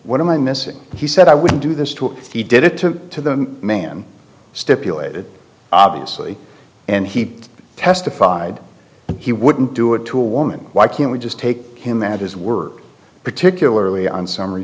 what am i missing he said i would do this to he did it to the man stipulated obviously and he testified he wouldn't do it to a woman why can't we just take him at his word particularly on summary